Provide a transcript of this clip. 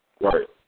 Right